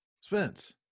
Spence